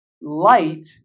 light